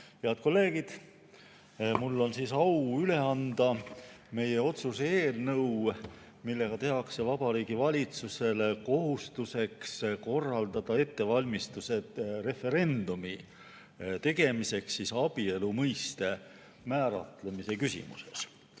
Head kolleegid! Mul on au üle anda meie otsuse eelnõu, millega tehakse Vabariigi Valitsusele kohustuseks korraldada ettevalmistused referendumi tegemiseks abielu mõiste määratlemise küsimuses. Kui